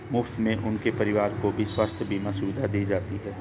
मुफ्त में उनके परिवार को भी स्वास्थ्य बीमा सुविधा दी जाती है